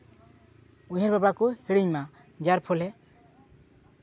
ᱩᱭᱦᱟᱹᱨ ᱵᱷᱟᱵᱱᱟ ᱠᱚ ᱦᱤᱲᱤᱧ ᱢᱟ ᱡᱟᱨ ᱯᱷᱚᱞᱮ